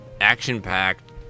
action-packed